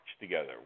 together